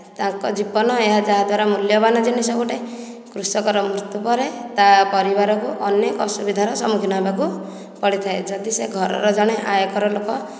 ତାଙ୍କ ଜୀବନ ଏହା ଯାହା ଦ୍ଵାରା ମୁଲ୍ୟବାନ ଜିନିଷ ଗୋଟାଏ କୃଷକର ମୃତ୍ୟୁ ପରେ ତା ପରିବାରକୁ ଅନେକ ଅସୁବିଧାର ସମ୍ମୁଖୀନ ହେବାକୁ ପଡ଼ିଥାଏ ଯଦି ସେ ଘରର ଜଣେ ଆୟକର ଲୋକ